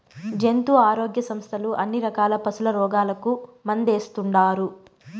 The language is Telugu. జంతు ఆరోగ్య సంస్థలు అన్ని రకాల పశుల రోగాలకు మందేస్తుండారు